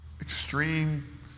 extreme